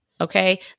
Okay